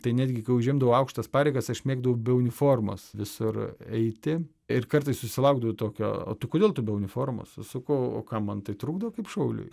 tai netgi kai užimdavau aukštas pareigas aš mėgdavau be uniformos visur eiti ir kartais susilaukdavau tokio o tai kodėl tu be uniformos sakau o kam man tai trukdo kaip šauliui